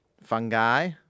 fungi